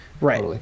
right